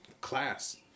class